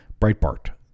Breitbart